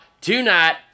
tonight